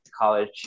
college